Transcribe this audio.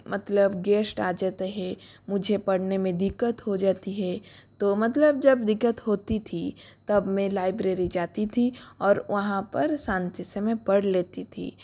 मतलब गेष्ट आ जाते हैं मुझे पढ़ने में दिक्कत हो जाती है तो मतलब जब दिक्कत होती थी तब मैं लाइब्रेरी जाती थी और वहाँ पर शांति से मैं पढ़ लेती थी